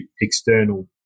external